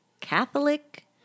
Catholic